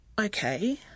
okay